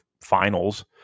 finals